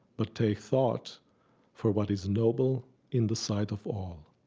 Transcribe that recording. but take thought for what is noble in the sight of all.